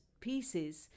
pieces